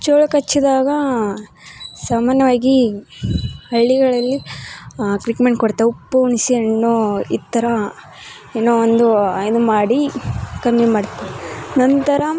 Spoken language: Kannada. ಚೇಳು ಕಚ್ಚಿದಾಗ ಸಾಮಾನ್ಯವಾಗಿ ಹಳ್ಳಿಗಳಲ್ಲಿ ಟ್ರೀಟ್ಮೆಂಟ್ ಕೊಡ್ತಾವೆ ಉಪ್ಪು ಹುಣ್ಸಿಹಣ್ಣು ಈ ಥರ ಏನೋ ಒಂದು ಇದು ಮಾಡಿ ಕಮ್ಮಿ ಮಾಡ್ತಾರ ನಂತರ